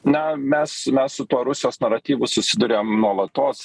na mes mes su tuo rusijos naratyvu susiduriam nuolatos